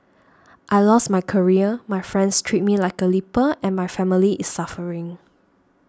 I lost my career my friends treat me like a leper and my family is suffering